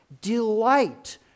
Delight